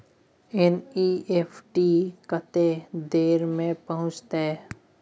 NEFT कत्ते देर में पहुंचतै?